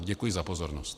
Děkuji za pozornost.